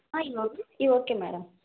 ఇవి ఓకే ఇవి okay madam